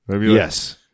Yes